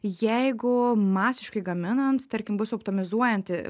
jeigu masiškai gaminant tarkim bus optimizuojanti